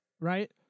right